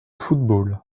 football